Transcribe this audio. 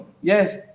yes